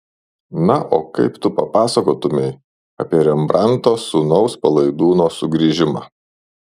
na o kaip tu papasakotumei apie rembrandto sūnaus palaidūno sugrįžimą